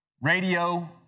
Radio